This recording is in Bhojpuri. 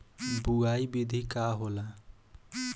बुआई विधि का होला?